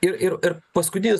ir ir ir paskutinis